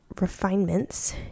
refinements